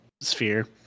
sphere